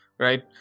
Right